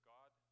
God